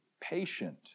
patient